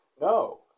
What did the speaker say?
No